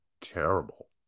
terrible